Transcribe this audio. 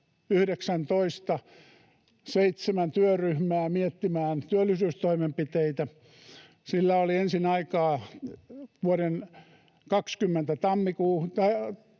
seitsemän työryhmää miettimään työllisyystoimenpiteitä. Sillä oli ensin aikaa vuoden 20 tammikuuhun